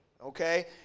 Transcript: okay